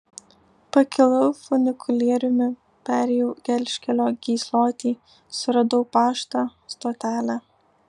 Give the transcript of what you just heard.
pakilau funikulieriumi perėjau gelžkelio gyslotį suradau paštą stotelę